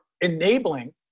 enabling